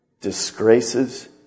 disgraces